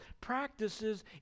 practices